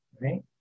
right